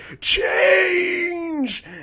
change